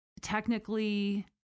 technically